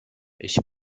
ich